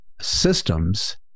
systems